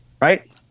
right